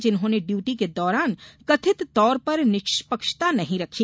जिन्होंने ड्यूटी के दौरान कथित तौर पर निष्पक्षता नहीं रखी